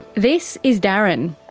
this is darren.